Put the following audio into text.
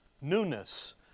Newness